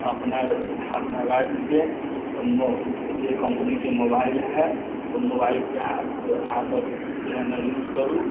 अपना राज्यके जे कम्पनीके मोबाइल हय उ मोबाइलके अहाँसब जे है ने यूज करू